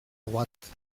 droite